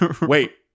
Wait